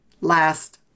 last